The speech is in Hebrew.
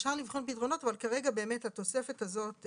אפשר לבחון פתרונות אבל כרגע באמת התוספת הזאת,